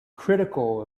critical